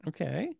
Okay